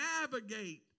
navigate